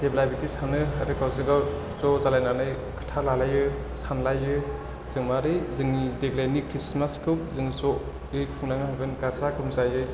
जेब्ला बिदि सानो आरो गावजों गाव ज' जालायनानै खोथा लालायो सानलायो जों मारै जोंनि देग्लायनि खृसमासखौ जों जयै खुलांनो हागोन गाजा गोमजायै